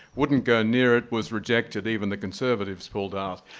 wouldn't go near it, was rejected, even the conservatives pulled out.